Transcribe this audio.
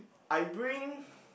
I bring